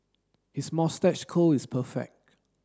his moustache curl is perfect